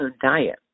diet